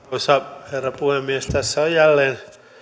arvoisa herra puhemies tässä on jälleen